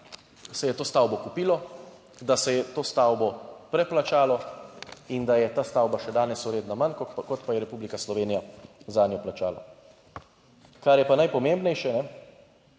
da se je to stavbo kupilo, da se je to stavbo preplačalo in da je ta stavba še danes vredna manj kot pa je Republika Slovenija zanjo plačala. Kar je pa najpomembnejše,